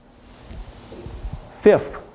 Fifth